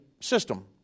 system